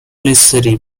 necessary